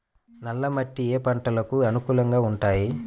నల్ల మట్టి ఏ ఏ పంటలకు అనుకూలంగా ఉంటాయి?